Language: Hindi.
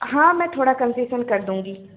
हाँ मैं थोड़ा कंसेशन कर दूँगी